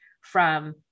from-